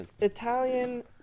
Italian